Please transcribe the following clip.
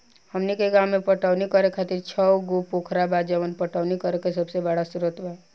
हमनी के गाँव में पटवनी करे खातिर छव गो पोखरा बा जवन पटवनी करे के सबसे बड़ा स्रोत बा